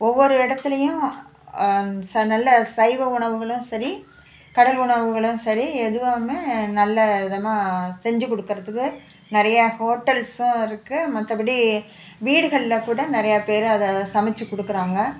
ஒவ்வொரு இடத்துலையும் நல்ல சைவ உணவுகளும் சரி கடல் உணவுகளும் சரி எதுவாவுமே நல்ல விதமாக செஞ்சிக்கொடுக்கறத்துக்கு நிறைய ஹோட்டல்ஸும் இருக்குது மற்றபடி வீடுகள்ல கூட நிறையாப்பேரு அதை சமைத்து கொடுக்குறாங்க